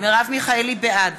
בעד